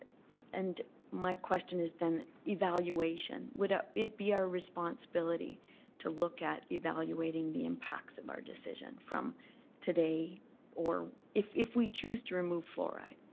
and my question is then evaluation. would ah it be our responsibility to look at evaluating the impacts of our decision from today or if if we choose to remove fluoride,